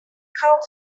caught